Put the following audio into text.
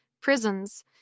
prisons